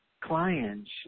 clients